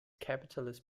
capitalist